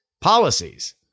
policies